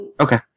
Okay